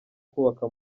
kubaka